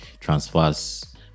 transfers